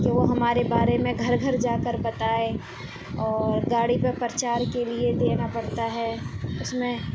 کہ وہ ہمارے بارے میں گھر گھر جا کر بتایں اور گاڑی پہ پرچار کے لیے دینا پڑتا ہے اس میں